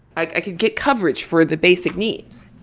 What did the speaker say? i could get coverage for the basic needs.